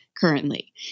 currently